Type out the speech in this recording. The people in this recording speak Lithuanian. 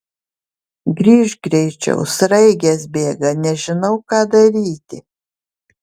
grįžk greičiau sraigės bėga nežinau ką daryti